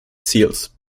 seals